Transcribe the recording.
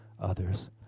others